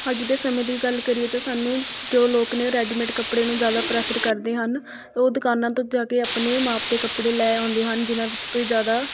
ਅੱਜ ਦੇ ਸਮੇਂ ਦੀ ਗੱਲ ਕਰੀਏ ਤਾਂ ਸਾਨੂੰ ਜੋ ਲੋਕ ਨੇ ਰੈਡੀਮੇਡ ਕੱਪੜੇ ਨੂੰ ਜ਼ਿਆਦਾ ਪ੍ਰੈਫਰ ਕਰਦੇ ਹਨ ਉਹ ਦੁਕਾਨਾਂ ਤੋਂ ਜਾ ਕੇ ਆਪਣੇ ਮਾਪ ਦੇ ਕੱਪੜੇ ਲੈ ਆਉਂਦੇ ਹਨ ਜਿਨ੍ਹਾਂ ਵਿੱਚ ਕੋਈ ਜ਼ਿਆਦਾ